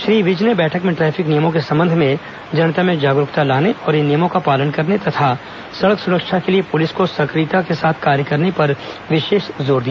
श्री विज ने बैठक में ट्रैफिक नियमों के संबंध में जनता में जागरूकता लाने और इन नियमों का पालन करने तथा सड़क सुरक्षा के लिये पुलिस को सक्रियता के साथ कार्य करने पर विशेष जोर दिया